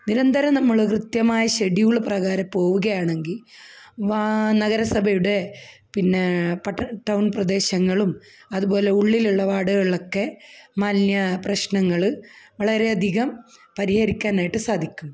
നിരന്തരം നമ്മള് കൃത്യമായ ഷെഡ്യൂള് പ്രകാരം പോവുകയാണെങ്കില് നഗരസഭയുടെ പിന്നെ പട്ട ടൗൺ പ്രദേശങ്ങളിലും അതുപോലെ ഉള്ളിലുള്ള വാര്ഡുകളിലൊക്കെ മാലിന്യപ്രശ്നങ്ങള് വളരെയധികം പരിഹരിക്കാനായിട്ട് സാധിക്കും